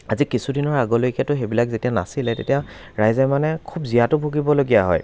আজি কিছুদিনৰ আগলৈকেতো সেইবিলাক যেতিয়া নাছিলে তেতিয়া ৰাইজে মানে খুব জীয়াতু ভুগিবলগীয়া হয়